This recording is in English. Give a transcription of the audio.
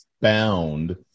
Bound